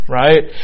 right